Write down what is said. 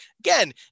again